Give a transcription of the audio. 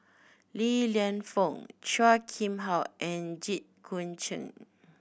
Li Lienfung Chua Kim How and Jit Koon Ch'ng